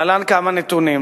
להלן כמה נתונים.